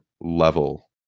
level